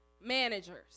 managers